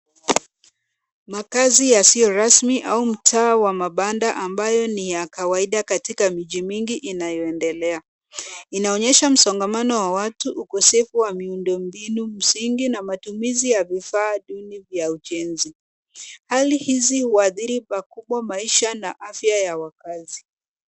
Makazi yasiyo rasmi au mtaa wa mabanda ambayo ni ya kawaida katika miji mingi inayoendelea. Inaonyesha msongamano wa watu, ukosefu wa miundombinu msingi na matumizi ya vifaa duni vya ujenzi. Hali hizi huadhiri pakubwa maisha na afya ya wakazi.